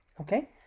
Okay